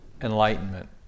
enlightenment